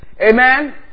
Amen